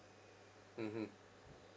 mmhmm